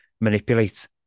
manipulate